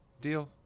deal